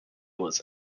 was